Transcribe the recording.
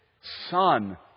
Son